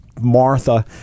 martha